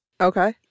Okay